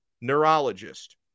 neurologist